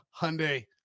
hyundai